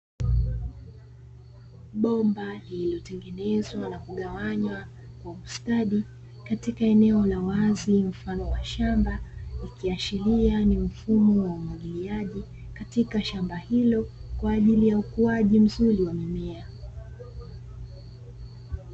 Bomba lililotengenezwa na kugawanywa kwa ustadi, katika eneo la wazi mfano wa shamba, ikiashiria ni mfumo wa umwagiliaji katika shamba hilo, kwa ajili ya ukuaji mzuri wa mimea.